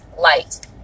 light